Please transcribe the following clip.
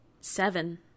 Seven